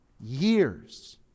years